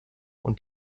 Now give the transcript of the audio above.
und